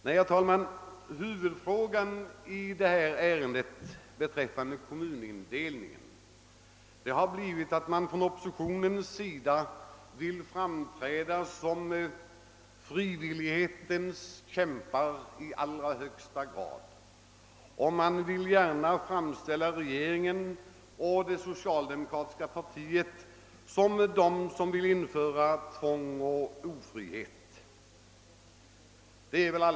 Nej, herr talman, huvudfrågan i ärendet om kommunindelningen har blivit oppositionens försök att i allra högsta grad framträda som frihetens förkämpar. Man vill gärna framställa regeringen och det socialdemokratiska partiet så att dessa önskar införa tvång och ofrihet.